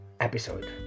episode